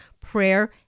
prayer